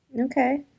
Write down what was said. Okay